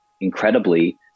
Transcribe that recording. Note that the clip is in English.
incredibly